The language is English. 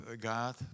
god